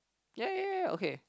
ya ya ya okay